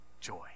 joy